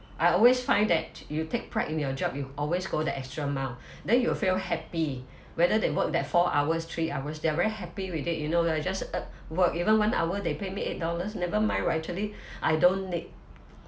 I always find that you take pride in your job you always go the extra mile then you will feel happy whether they work that four hours three hours they are very happy with it you know you just uh work even one hour they pay me eight dollars never mind right actually I don't need